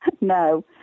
No